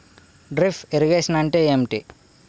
Drip irrigation అంటే ఏమిటి?